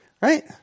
Right